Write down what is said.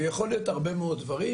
ויכול להיות הרבה מאוד דברים,